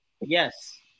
Yes